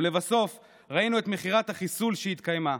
ולבסוף ראינו את מכירת החיסול שהתקיימה,